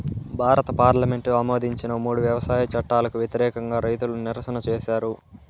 భారత పార్లమెంటు ఆమోదించిన మూడు వ్యవసాయ చట్టాలకు వ్యతిరేకంగా రైతులు నిరసన చేసారు